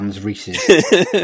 Reese's